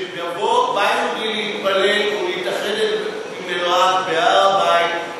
שכשבא יהודי להתפלל ולהתייחד עם אלוהיו בהר-הבית,